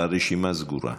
הרשימה סגורה.